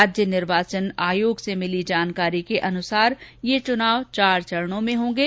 राज्य निर्वाचन आयोग से मिली जानकारी के अनुसार ये चुनाव चार चरणों में होंगे